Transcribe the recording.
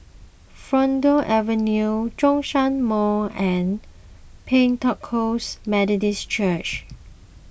Fulton Avenue Zhongshan Mall and Pentecost Methodist Church